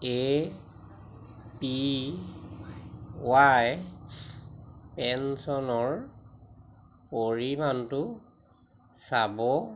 এ P Y পেঞ্চনৰ পৰিমাণটো চাব